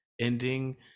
ending